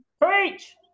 Preach